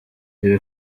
ibi